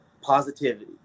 positivity